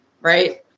right